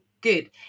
good